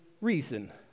reason